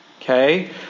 okay